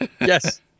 Yes